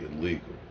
illegal